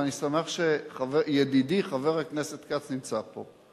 ואני שמח שידידי חבר הכנסת כץ נמצא פה.